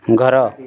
ଘର